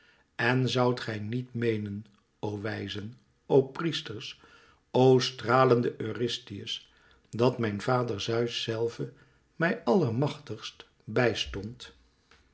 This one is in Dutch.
en zoudt gij niet meenen o wijzen o priesters o stralende eurystheus dat mijn vader zeus zelve mij allermachtigst bij stond